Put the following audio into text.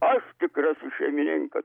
aš tikrasis šeimininkas